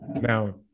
Now